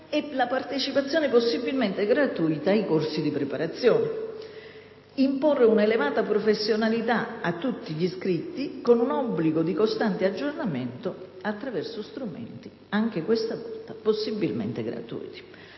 e la partecipazione, possibilmente gratuita, ai corsi di preparazione, imporre poi un'elevata professionalità a tutti gli iscritti con un obbligo di costante aggiornamento attraverso strumenti, anche questa volta, possibilmente gratuiti.